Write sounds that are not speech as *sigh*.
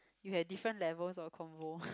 you have different levels or combo *laughs*